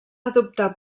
adoptar